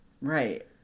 right